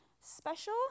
special